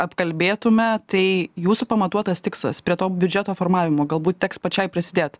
apkalbėtumėme tai jūsų pamatuotas tikslas prie to biudžeto formavimo galbūt teks pačiai prisidėt